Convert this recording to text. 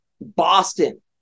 Boston